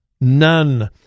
None